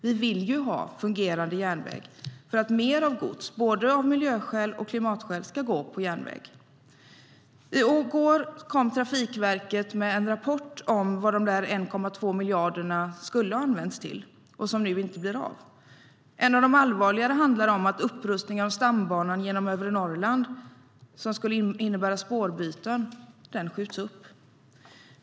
Vi vill ju ha fungerande järnväg för att mer av gods - både av miljöskäl och av klimatskäl - ska gå på järnväg.I går kom Trafikverket med en rapport om vad de 1,2 miljarder som nu inte blir av skulle ha använts till. En av de allvarligare handlar om att upprustningen av stambanan genom övre Norrland, som skulle innebära spårbyten, skjuts upp.